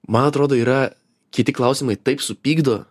man atrodo yra kiti klausimai taip supykdo